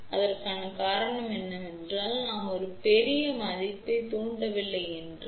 அதற்கான காரணம் என்னவென்றால் நாம் ஒரு பெரிய மதிப்பைத் தூண்டவில்லை என்றால்